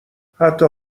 حتی